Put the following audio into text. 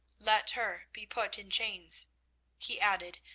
let her be put in chains he added,